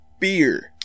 beer